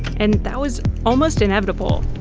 and that was almost inevitable.